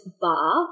bar